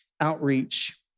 Outreach